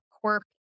quirk